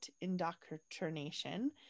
indoctrination